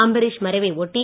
அம்பரீஷ் மறைவை ஒட்டி